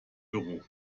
büro